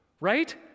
right